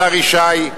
השר ישי,